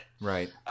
right